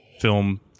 film